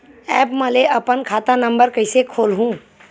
App म ले अपन खाता नम्बर कइसे खोलहु?